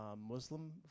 Muslim